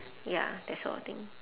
ya that sort of thing